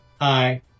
Hi